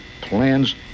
plans